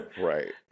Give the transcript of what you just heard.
Right